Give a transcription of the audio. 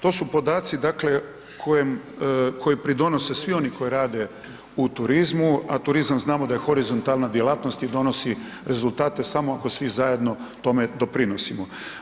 To su podaci dakle kojim pridonose svi oni koji rade u turizmu, a turizam znamo da je horizontalna djelatnost i donosi rezultate samo ako svi zajedno tome doprinosimo.